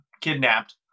kidnapped